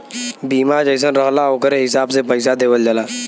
बीमा जइसन रहला ओकरे हिसाब से पइसा देवल जाला